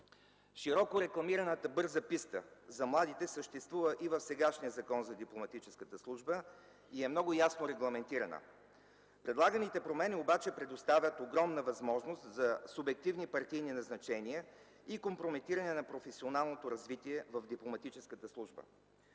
Широко рекламираната бърза писта за младите съществува и в сегашния Закон за дипломатическата служба и е много ясно регламентирана. Предлаганите промени обаче предоставят огромна възможност за субективни партийни назначения и компрометиране на професионалното развитие в дипломатическата служба.